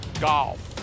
golf